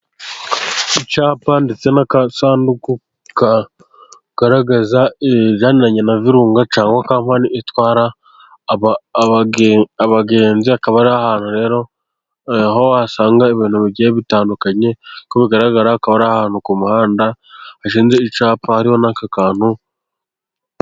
Icyapa ndetse n'akasanduku kagaragaza ibijyananye na Virunga cyangwa Kampani itwara abagenzi, akaba ari ahantu rero aho usanga ibintu bigiye bitandukanye, ko bigaragara ko ari ahantu ku muhanda, hashinze icyapa, hariho n'aka kantu.